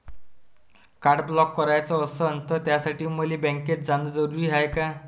Card block कराच असनं त त्यासाठी मले बँकेत जानं जरुरी हाय का?